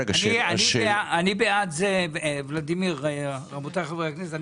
רבותיי חברי הכנסת,